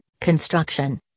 construction